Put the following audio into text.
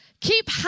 keep